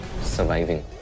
surviving